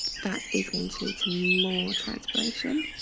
that is going to lead to more transpiration.